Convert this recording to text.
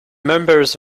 members